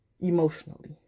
emotionally